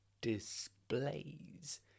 displays